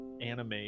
anime